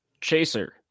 Chaser